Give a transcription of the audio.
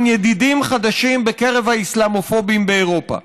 ידידים חדשים בקרב האסלאמופובים באירופה,